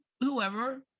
whoever